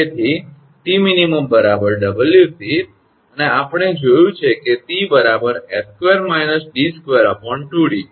તેથી 𝑇𝑚𝑖𝑛 𝑊𝑐 અને આપણે જોયું છે કે 𝑐 𝑠2 − 𝑑2 2𝑑